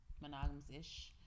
monogamous-ish